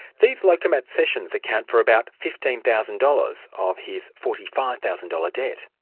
these lokomat sessions account for about fifteen thousand dollars of his forty five thousand dollars debt.